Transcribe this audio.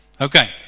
Okay